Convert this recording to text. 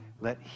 Let